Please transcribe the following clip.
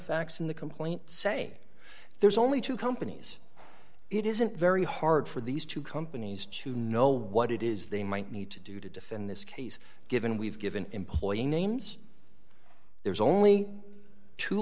facts in the complaint say there's only two companies it isn't very hard for these two companies to know what it is they might need to do to defend this case given we've given employee names there's only two